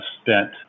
spent